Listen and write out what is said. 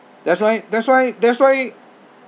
that's why that's why that's why